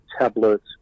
tablets